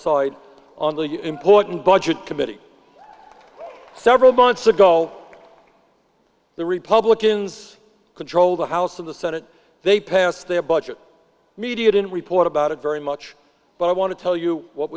side on the important budget committee several months ago the republicans controlled the house of the senate they passed their budget media didn't report about it very much but i want to tell you what